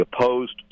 opposed